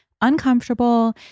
uncomfortable